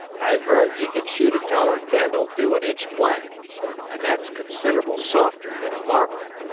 i've heard ye can shoot a taller candle through an inch plank and that's consid'able softer than a marble.